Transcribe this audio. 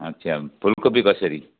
अच्छा फुलकोपी कसरी